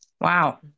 Wow